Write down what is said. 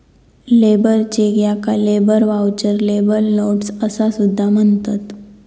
labour cheque याका labour voucher, labour notes असा सुद्धा म्हणतत